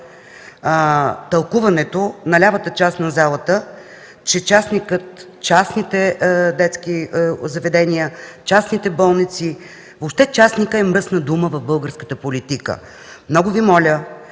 тълкуването на лявата част на залата, че частникът, частните детски заведения, частните болници, въобще частникът е мръсна дума в българската политика. Много Ви моля,